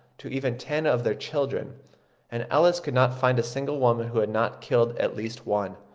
to even ten of their children and ellis could not find a single woman who had not killed at least one.